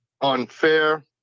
unfair